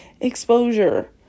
Exposure